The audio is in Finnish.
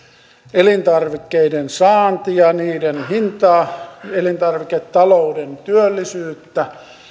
elintarvikkeiden saantia niiden hintaa elintarviketalouden työllisyyttä